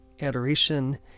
adoration